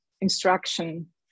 instruction